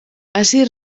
ací